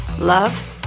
love